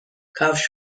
کفش